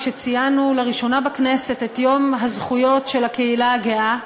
כשציינו לראשונה בכנסת את יום הזכויות של הקהילה הגאה,